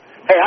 Hey